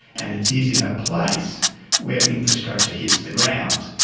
and it is in a place where infrastructure hits the ground.